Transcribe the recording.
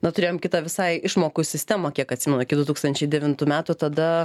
na turėjom kitą visai išmokų sistemą kiek atsimenu iki du tūkstančiai devintų metų tada